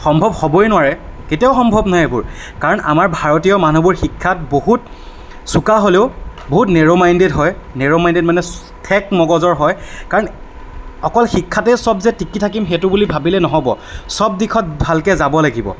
সম্ভৱ হ'বই নোৱাৰে কেতিয়াও সম্ভৱ নহয় এইবোৰ কাৰণ আমাৰ ভাৰতীয় মানুহবোৰ শিক্ষাত বহুত চোকা হ'লেও বহুত নেৰ' মাইণ্ডেড হয় নেৰ' মাইণ্ডেড মানে ঠেক মগজৰ হয় কাৰণ অকল শিক্ষাতেই চব যে টিকি থাকিম সেইটো নহয় সেইটো বুলি ভাবিলে নহ'ব চব দিশত ভালকৈ যাব লাগিব